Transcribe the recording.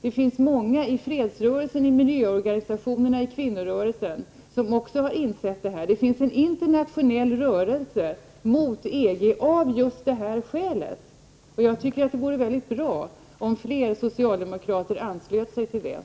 Det finns många i fredsrörelsen, i miljöorganisationerna och kvinnorörelsen som har insett detta. Det finns en internationell rörelse mot EG av just det skälet. Jag tycker att det vore väldigt bra om fler socialdemokrater anslöt sig till denna.